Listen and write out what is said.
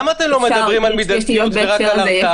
למה אתם לא מדברים על מידתיות ורק על הרתעה?